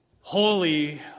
holy